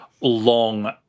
Long